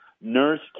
nurse